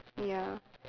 ya